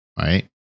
right